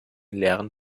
leeren